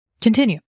continue